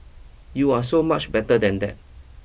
you are so much better than that